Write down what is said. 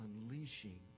unleashing